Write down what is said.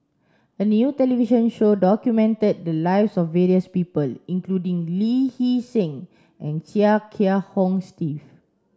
a new television show documented the lives of various people including Lee Hee Seng and Chia Kiah Hong Steve